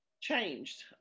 changed